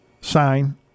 sign